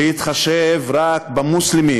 להתחשב רק במוסלמים.